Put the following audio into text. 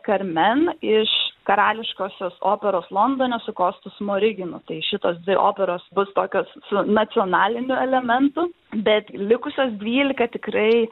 karmen iš karališkosios operos londone su kostu smoriginu tai šitos dvi operos bus tokios su nacionaliniu elementu bet likusios dvylika tikrai